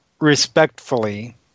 respectfully